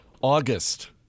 August